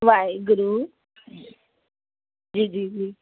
Waheguru ji ji जी